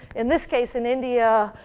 in this case in india,